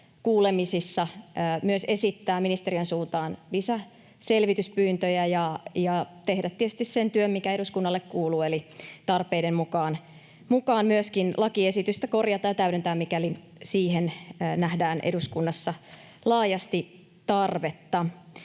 kuulemisissa myös esittää ministeriön suuntaan lisäselvityspyyntöjä ja tehdä tietysti se työ, mikä eduskunnalle kuuluu, eli tarpeiden mukaan myöskin lakiesitystä korjata ja täydentää, mikäli siihen nähdään eduskunnassa laajasti tarvetta.